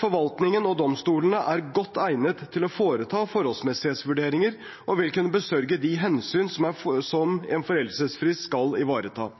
Forvaltningen og domstolene er godt egnet til å foreta forholdsmessighetsvurderinger, og vil kunne besørge de hensyn som en foreldelsesfrist skal ivareta.